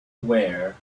where